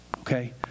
Okay